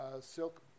Silk